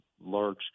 large